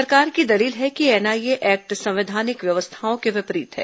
सरकार की दलील है कि एनआईए एक्ट संवैधानिक व्यवस्थाओं के विपरीत है